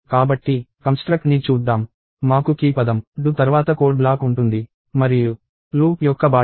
కాబట్టి కంస్ట్రక్ట్ ని చూద్దాం మాకు కీ పదం do తర్వాత కోడ్ బ్లాక్ ఉంటుంది మరియు లూప్ యొక్క బాడీ ఇదే